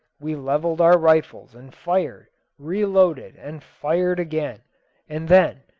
we levelled our rifles and fired reloaded, and fired again and then,